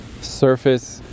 surface